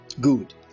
Good